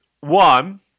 One